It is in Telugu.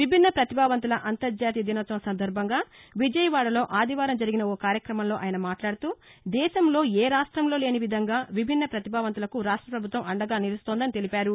విభిన్న పతిభావంతుల అంతర్షాతీయ దినోత్సవం సందర్భంగా విజయవాడలో ఆదివారం జరిగిన ఒక కార్యక్రమంలో ఆయన మాట్లాడుతూ దేశంలో ఏ రాష్ట్రంలో లేని విధంగా విభిన్న ప్రతిభావంతులకు రాష్ట పభుత్వం అండగా నిలుస్తోందని పేర్నొన్నారు